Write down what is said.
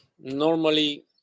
normally